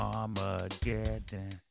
Armageddon